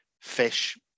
fish